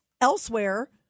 elsewhere